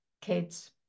kids